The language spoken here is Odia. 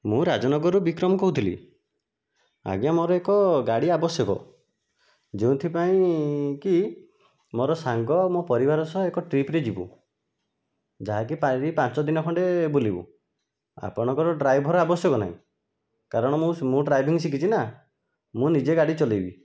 ମୁଁ ରାଜନଗରରୁ ବିକ୍ରମ କହୁଥିଲି ଆଜ୍ଞା ମୋ'ର ଏକ ଗାଡ଼ି ଆବଶ୍ୟକ ଯେଉଁଥିପାଇଁ କି ମୋ'ର ସାଙ୍ଗ ଓ ମୋ' ପରିବାର ସହ ଏକ ଟ୍ରିପରେ ଯିବୁ ଯାହାକି ପାଞ୍ଚଦିନ ଖଣ୍ଡେ ବୁଲିବୁ ଆପଣଙ୍କର ଡ୍ରାଇଭର ଆବଶ୍ୟକ ନାହିଁ କାରଣ ମୁଁ ଡ୍ରାଇଭିଙ୍ଗ ଶିଖିଛି ନା ମୁଁ ନିଜେ ଗାଡ଼ି ଚଲେଇବି